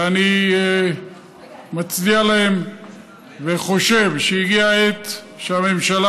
ואני מצדיע להם וחושב שהגיעה העת שהממשלה